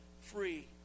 free